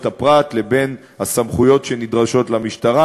הפרט לבין הסמכויות שנדרשות למשטרה,